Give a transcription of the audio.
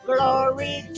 Glory